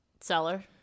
seller